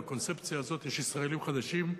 בקונספציה הזאת יש ישראלים חדשים,